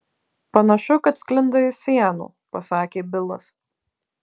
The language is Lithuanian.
panašu kad sklinda iš sienų pasakė bilas